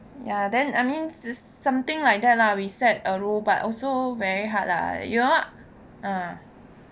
ya then I mean something like that lah we set a rule but also very hard lah